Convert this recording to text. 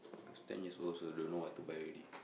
cause ten years old also don't know what to buy already